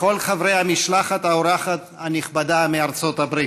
וכל חברי המשלחת האורחת הנכבדה מארצות הברית,